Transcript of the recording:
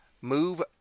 move